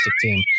team